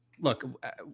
Look